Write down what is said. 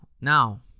now